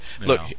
Look